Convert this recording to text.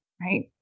right